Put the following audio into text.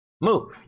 move